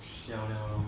siao liao lor